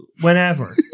Whenever